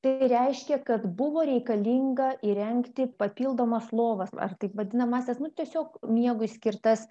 tai reiškia kad buvo reikalinga įrengti papildomas lovas ar tai vadinamąsias nu tiesiog miegui skirtas